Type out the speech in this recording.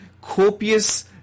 copious